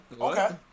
Okay